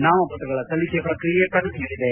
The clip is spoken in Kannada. ನಾಮಪತ್ರಗಳ ಸಲ್ಲಿಕೆ ಪ್ರಕ್ರಿಯೆ ಪ್ರಗತಿಯಲ್ಲಿದೆ